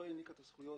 לא יהיו את הזכויות,